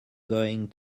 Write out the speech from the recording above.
going